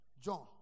John